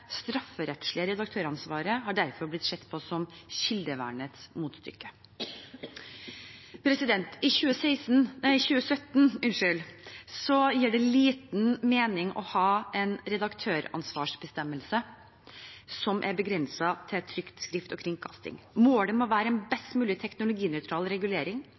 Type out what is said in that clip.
strafferettslige redaktøransvaret har derfor blitt sett på som kildevernets motstykke. I 2017 gir det liten mening å ha en redaktøransvarsbestemmelse som er begrenset til trykt skrift og kringkasting. Målet må være en mest mulig teknologinøytral regulering.